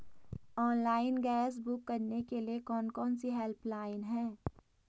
Online gas book करने के लिए कौन कौनसी हेल्पलाइन हैं?